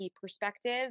perspective